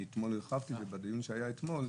והרחבתי על זה בדיון שנערך אתמול,